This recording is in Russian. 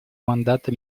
мандата